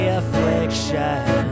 affliction